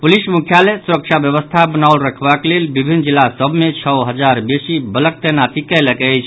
police मुख्यालय सुरक्षा व्यवस्था वनाओल रखवाक लेल विभिन्न जिला सभ मे छओ हजार वेसी बलक तैनाती कयलक अछि